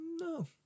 no